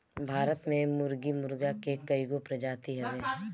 भारत में मुर्गी मुर्गा के कइगो प्रजाति हवे